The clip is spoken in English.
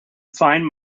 find